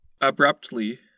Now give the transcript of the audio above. Abruptly